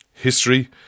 History